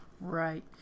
Right